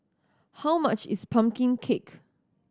how much is pumpkin cake